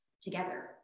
together